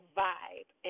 vibe